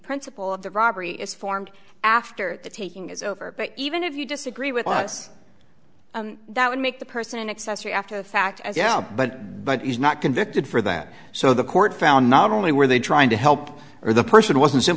principle of the robbery is formed after the taking is over but even if you disagree with us that would make the person an accessory after the fact as yeah but but he's not convicted for that so the court found not only were they trying to help or the person wasn't